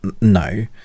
No